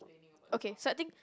okay so I think